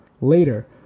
Later